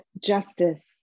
justice